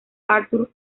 arthur